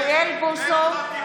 (קוראת בשמות חברי הכנסת) אוריאל בוסו,